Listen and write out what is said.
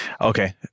Okay